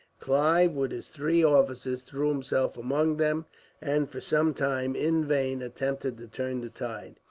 clive, with his three officers, threw himself among them and, for some time, in vain attempted to turn the tide.